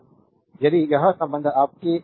तो यदि यह संबंध आपके